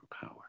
power